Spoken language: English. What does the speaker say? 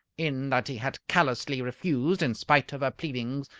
in that he had callously refused, in spite of her pleadings,